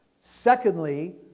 Secondly